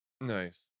nice